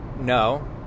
no